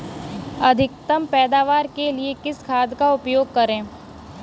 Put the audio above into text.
अधिकतम पैदावार के लिए किस खाद का उपयोग करें?